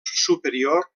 superior